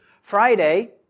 Friday